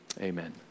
amen